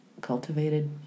cultivated